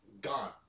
gone